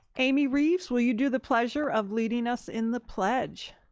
amy reeves, will you do the pleasure of leading us in the pledge.